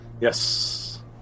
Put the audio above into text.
Yes